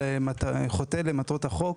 חוטא למטרות החוק,